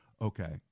Okay